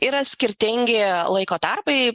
yra skirtingi laiko tarpai